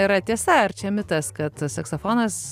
yra tiesa ar čia mitas kad saksofonas